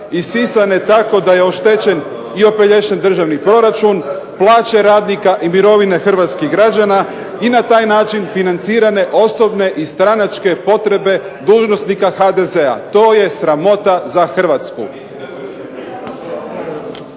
isisane tako da je oštećen i opelješen državni proračun, plaće radnika i mirovine hrvatskih građana i na taj način financirane osobne i stranačke potrebe dužnosnika HDZ-a. to je sramota za Hrvatsku.